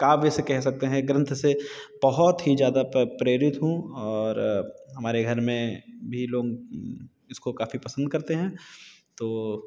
काव्य से कह सकते हैं ग्रंथ से बहुत ही ज़्यादा प्रेरित हूँ और हमारे घर मे भी लोग इसको काफ़ी पसंद करते हैं तो